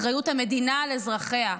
את אחריות המדינה לאזרחיה,